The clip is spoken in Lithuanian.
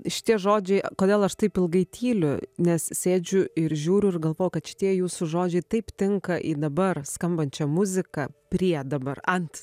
šitie žodžiai kodėl aš taip ilgai tyliu nes sėdžiu ir žiūriu ir galvoju kad šitie jūsų žodžiai taip tinka į dabar skambančią muziką prie dabar ant